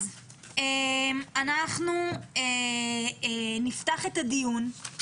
אנחנו נפתח את הדיון.